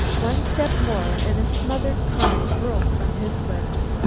one step more and a smothered cry broke from his lips.